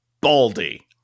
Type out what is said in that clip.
baldy